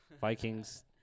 Vikings